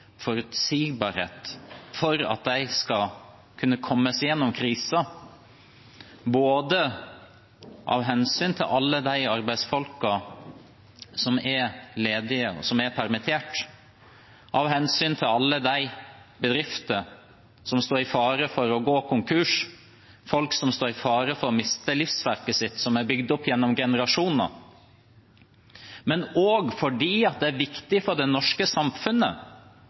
forutsigbarhet for at de skal kunne komme seg gjennom krisen. Det er både av hensyn til alle de arbeidsfolka som er ledige, som er permittert, og av hensyn til alle de bedriftene som står i fare for å gå konkurs, folk som står i fare for å miste livsverket sitt, som er bygd opp gjennom generasjoner, men også fordi det er viktig for det norske samfunnet,